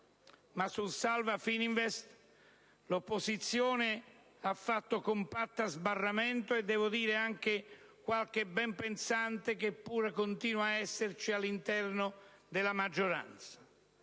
"salva-Fininvest" l'opposizione ha fatto, compatta, sbarramento, e devo dire anche qualche benpensante che pure continua ad esserci all'interno della maggioranza.